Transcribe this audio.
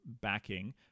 backing